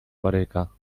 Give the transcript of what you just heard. baryka